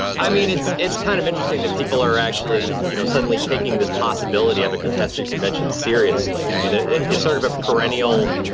i mean, it's it's kind of interesting that people are actually you know suddenly taking this possibility of a contested convention seriously. i mean, it's sort of a perennial